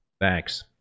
Thanks